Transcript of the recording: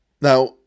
Now